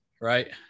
right